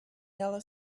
yellow